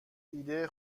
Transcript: ایده